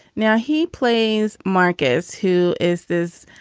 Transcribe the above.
now he plays marcus. who is this?